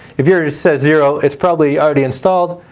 if yours says zero it's probably already installed,